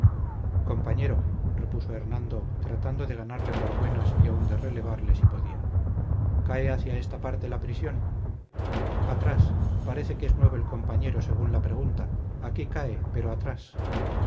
compañero repuso hernando tratando de ganarle por buenas y aun de relevarle si podía cae hacia esta parte la prisión atrás parece que es nuevo el compañero según la pregunta aquí cae pero atrás